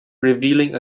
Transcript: revealing